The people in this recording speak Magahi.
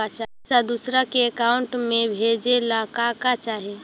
पैसा दूसरा के अकाउंट में भेजे ला का का चाही?